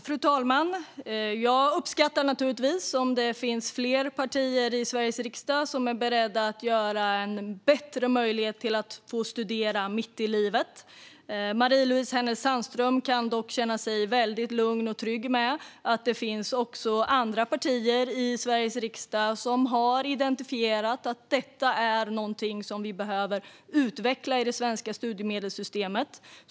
Fru talman! Jag uppskattar naturligtvis om det finns fler partier i Sveriges riksdag som är beredda att skapa en bättre möjlighet att studera mitt i livet. Marie-Louise Hänel Sandström kan känna sig väldigt lugn och trygg med att det även finns andra partier i Sveriges riksdag som har identifierat att detta är någonting som vi behöver utveckla i det svenska studiemedelssystemet.